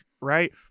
right